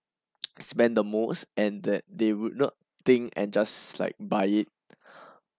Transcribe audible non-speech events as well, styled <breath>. spend the most and that they would not think and just like buy it <breath>